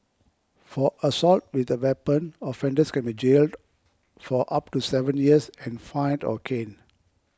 for assault with a weapon offenders can be jailed for up to seven years and fined or caned